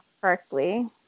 correctly